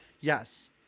Yes